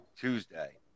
Tuesday